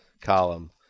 column